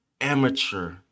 amateur